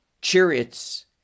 chariots